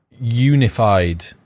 unified